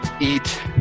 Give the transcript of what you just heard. eat